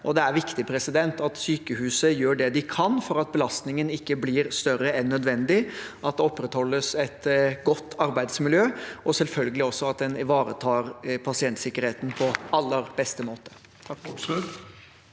seg. Det er viktig at sykehuset gjør det de kan for at belastningen ikke blir større enn nødvendig, at det opprettholdes et godt arbeidsmiljø, og selvfølgelig også at en ivaretar pasientsikkerheten på aller beste måte. Bård Hoksrud